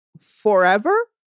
forever